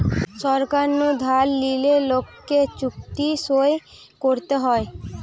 সরকার নু ধার লিলে লোককে চুক্তি সই করতে হয়